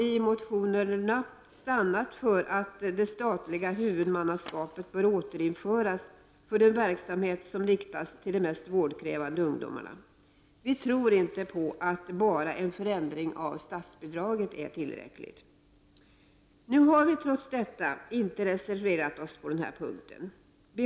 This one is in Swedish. I motionerna har vi stannat för uppfattningen att det statliga huvudmannaskapet borde återinföras för den verksamhet som inriktas på de mest vårdkrävande ungdomarna. Vi tror inte på att enbart en förändring av statsbidraget skulle vara tillräckligt. Trots detta har vi inte reserverat oss på den punkten.